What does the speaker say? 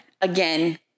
again